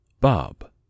Bob